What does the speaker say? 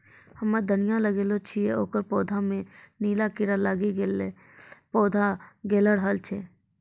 हम्मे धनिया लगैलो छियै ओकर पौधा मे नीला कीड़ा लागी गैलै पौधा गैलरहल छै?